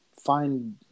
find